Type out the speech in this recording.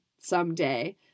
someday